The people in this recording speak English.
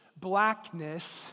blackness